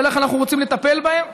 ועל איך אנחנו רוצים לטפל בהם.